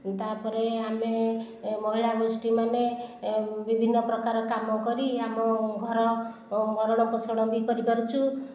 ତାପରେ ଆମେ ମହିଳାଗୋଷ୍ଠୀ ମାନେ ବିଭିନ୍ନ ପ୍ରକାର କାମ କରି ଆମ ଘରର ଭରଣ ପୋଷଣ ବି କରିପାରୁଛୁ